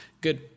good